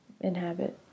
inhabit